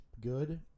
good